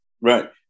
Right